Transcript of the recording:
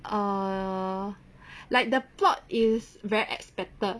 err like the plot is very expected